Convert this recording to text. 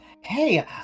Hey